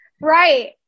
Right